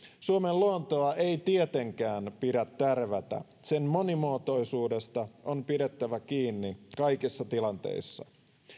suomen luontoa ei tietenkään pidä tärvätä sen monimuotoisuudesta on pidettävä kiinni kaikissa tilanteissa